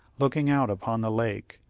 looking out upon the lake,